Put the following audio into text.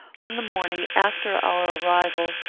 on the morning after our arrival,